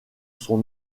son